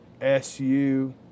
SU